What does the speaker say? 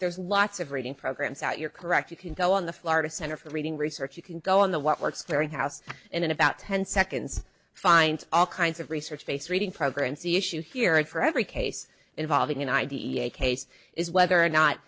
there's lots of reading programs out you're correct you can go on the florida center for reading research you can go on the what works very house and in about ten seconds find all kinds of research based reading programs the issue here and for every case involving an ideal case is whether or not